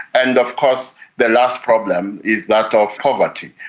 and of course the last problem is that of poverty.